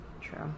True